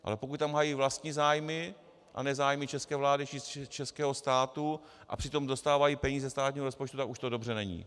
Ale pokud tam hájí vlastní zájmy a ne zájmy české vlády či českého státu a přitom dostávají peníze ze státního rozpočtu, tak už to dobře není.